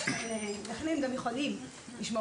לכן הם יכולים לשמור